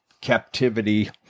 captivity